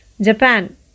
japan